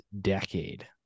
decade